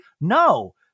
no